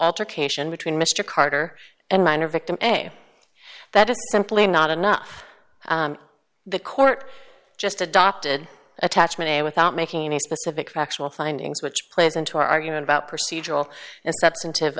altercation between mr carter and minor victim a that is simply not enough the court just adopted attachment a without making any specific factual findings which plays into argument about procedural a substantive